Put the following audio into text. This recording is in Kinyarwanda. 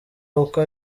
uko